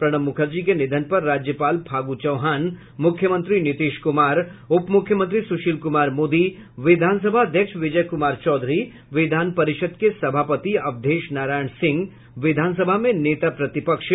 प्रणब मुखर्जी के निधन पर राज्यपाल फागू चौहान मुख्यमंत्री नीतीश कुमार उप मुख्यमंत्री सुशील कुमार मोदी विधानसभा अध्यक्ष विजय कुमार चौधरी विधान परिषद् के सभापति अवधेश नारायण सिंह विधानसभा में नेता प्रतिपक्ष